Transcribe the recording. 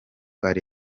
ari